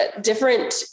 different